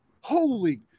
holy